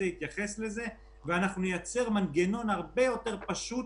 הוא יתייחס לזה ואנחנו נייצר מנגנון הרבה יותר פשוט,